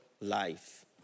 life